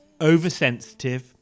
Oversensitive